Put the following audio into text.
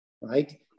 right